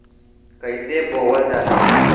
कईसे बोवल जाले?